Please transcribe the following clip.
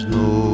no